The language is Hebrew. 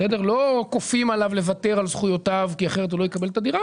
לא כופים עליו לוותר על זכויותיו כי אחרת הוא לא יקבל את הדירה,